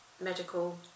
medical